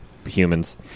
Humans